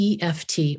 EFT